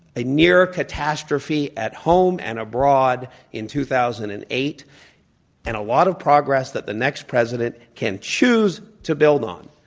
a near catastrophe at home and abroad in two thousand and eight and a lot of progress that the next president can choose to build on